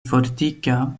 fortika